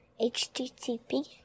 HTTP